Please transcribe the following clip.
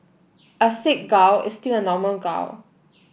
a sick gal is still a normal gal